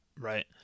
Right